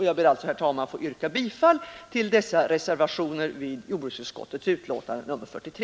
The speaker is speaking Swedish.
Jag ber alltså, herr talman, att få yrka bifall till reservationerna vid jordbruksutskottets betänkande nr 43.